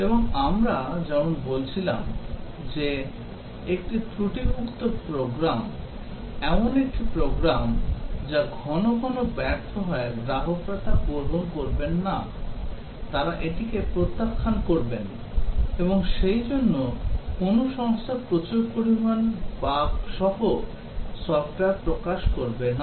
এবং আমরা যেমন বলছিলাম যে একটি ত্রুটিযুক্ত প্রোগ্রাম এমন একটি প্রোগ্রাম যা ঘন ঘন ব্যর্থ হয় গ্রাহকরা তা গ্রহণ করবেন না তারা এটিকে প্রত্যাখ্যান করবে এবং সেইজন্য কোনও সংস্থা প্রচুর বাগ সহ সফ্টওয়্যার প্রকাশ করবে না